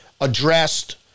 addressed